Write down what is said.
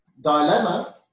dilemma